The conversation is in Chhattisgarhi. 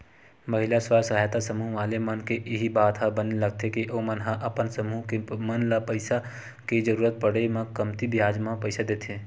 महिला स्व सहायता समूह वाले मन के इही बात ह बने लगथे के ओमन ह अपन समूह के मन ल पइसा के जरुरत पड़े म कमती बियाज म पइसा देथे